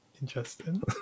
Interesting